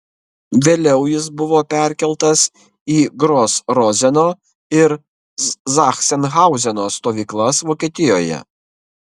vėliau jis buvo perkeltas į gros rozeno ir zachsenhauzeno stovyklas vokietijoje